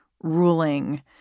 ruling